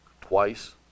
twice